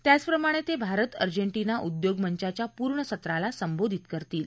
त्याचप्रमाणे ते भारत अर्जेटिना उद्योग मंचाच्या पूर्ण सत्राला संबोधित करतील